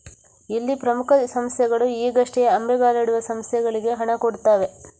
ಇಲ್ಲಿ ಪ್ರಮುಖ ಸಂಸ್ಥೆಗಳು ಈಗಷ್ಟೇ ಅಂಬೆಗಾಲಿಡುವ ಸಂಸ್ಥೆಗಳಿಗೆ ಹಣ ಕೊಡ್ತವೆ